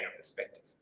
perspective